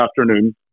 afternoon